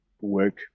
work